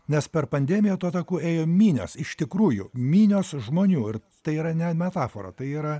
nes per pandemiją tuo taku ėjo minios iš tikrųjų minios žmonių ir tai yra ne metafora tai yra